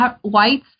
whites